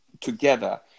together